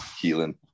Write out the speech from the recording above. healing